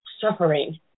suffering